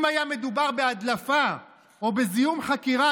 אם היה מדובר בהדלפה או בזיהום חקירה